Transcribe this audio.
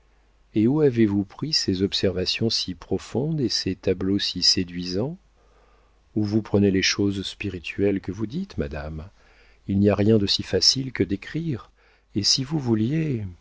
et où avez-vous pris ces observations si profondes et ces tableaux si séduisants où vous prenez les choses spirituelles que vous dites madame il n'y a rien de si facile que d'écrire et si vous vouliez